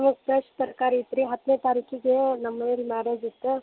ನಮ್ಗೆ ಫ್ರೆಶ್ ತರಕಾರಿ ಇತ್ತು ರೀ ಹತ್ತನೇ ತಾರೀಕಿಗೆ ನಮ್ಮ ಮನೇಲಿ ಮ್ಯಾರೇಜ್ ಇತ್ತು